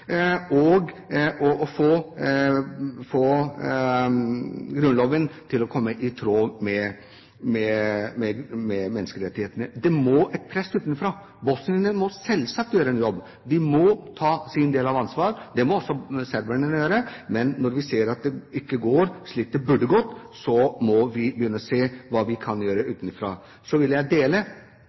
og for å få grunnloven til å være i tråd med menneskerettighetene. Det må til et press utenfra. Bosnierne må selvsagt gjøre en jobb, de må ta sin del av ansvaret. Det må også serberne gjøre, men når vi ser at det ikke går slik det burde ha gått, så må vi begynne å se på hva vi kan gjøre utenfra. Så vil jeg